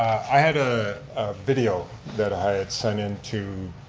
i had a video that i had sent into,